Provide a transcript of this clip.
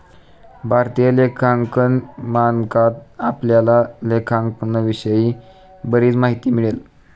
भारतीय लेखांकन मानकात आपल्याला लेखांकनाविषयी बरीच माहिती मिळेल